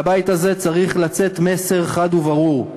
מהבית הזה צריך לצאת מסר חד וברור: